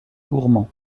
gourmand